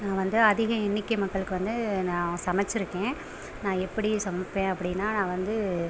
நான் வந்து அதிக எண்ணிக்கை மக்களுக்கு வந்து நான் சமச்சுருக்கேன் நான் எப்படி சமைப்பேன் அப்படினா நான் வந்து